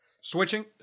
Switching